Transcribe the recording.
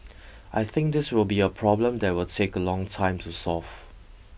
I think this will be a problem that will take a long time to solve